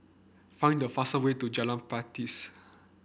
find the fast way to Jalan Pakis